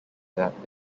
that